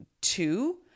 two